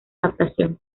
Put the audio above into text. adaptación